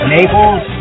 Naples